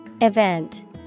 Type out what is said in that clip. Event